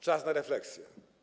Czas na refleksję.